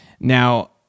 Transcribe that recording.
Now